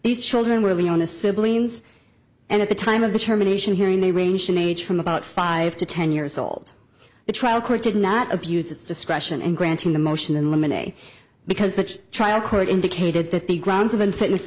these children will be on the siblings and at the time of the terminations hearing they ranged in age from about five to ten years old the trial court did not abuse its discretion and granting the motion in limine a because the trial court indicated that the grounds of unfitness